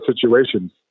situations